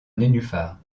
nénuphars